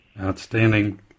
Outstanding